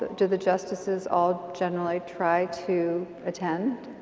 do the justices all generally try to attend?